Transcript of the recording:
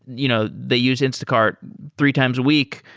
you know they use instacart three times a week.